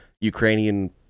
Ukrainian